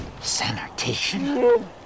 Sanitation